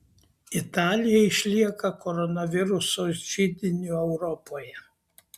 italija išlieka koronaviruso židiniu europoje